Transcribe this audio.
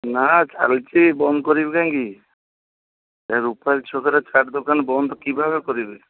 ନା ଚାଲିଛି ବନ୍ଦ କରିବି କାହିଁକି ଏ ରୁପାଲି ଛକରେ ଚାଟ୍ ଦୋକାନ ବନ୍ଦ କି ଭାବେ କରିବି